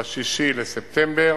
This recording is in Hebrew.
ב-6 בספטמבר.